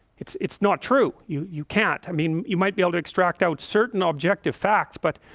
it's it's not true. you you can't i mean you might be able to extract out certain objective facts, but